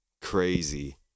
crazy